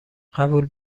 قبول